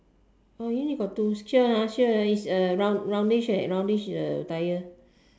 oh you only got two sure ah sure ah is uh round roundish roundish the tire